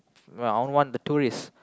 round one the tourist